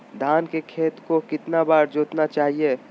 धान के खेत को कितना बार जोतना चाहिए?